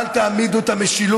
זה הדבר הנכון.